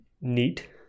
neat